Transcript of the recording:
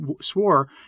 swore